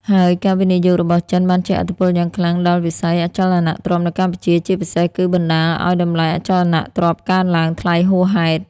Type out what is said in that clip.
ហើយការវិនិយោគរបស់ចិនបានជះឥទ្ធិពលយ៉ាងខ្លាំងដល់វិស័យអចលនទ្រព្យនៅកម្ពុជា ជាពិសេសគឺបណ្ដាលឲ្យតម្លៃអចលនទ្រព្យកើនឡើងថ្លៃហួសហេតុ។